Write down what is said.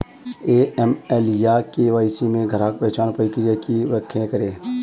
AML या KYC में ग्राहक पहचान प्रक्रिया की व्याख्या करें?